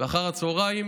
ואחר הצוהריים